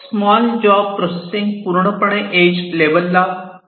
small job processing पूर्णपणे edge level ला होऊ शकते